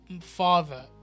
father